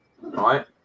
right